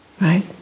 right